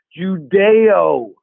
Judeo